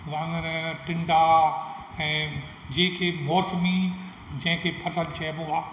वांङण टिंडा ऐं जेके मौसमी जंहिं खे फसल चइबो आहे